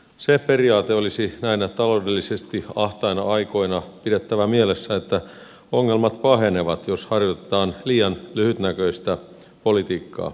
se periaate olisi näinä taloudellisesti ahtaina aikoina pidettävä mielessä että ongelmat pahenevat jos harjoitetaan liian lyhytnäköistä politiikkaa